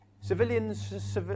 Civilians